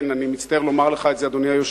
כן, אני מצטער לומר לך את זה, אדוני היושב-ראש.